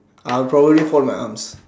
I'll probably fold my arms